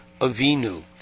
Avinu